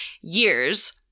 years